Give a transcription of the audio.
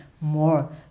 more